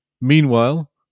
Meanwhile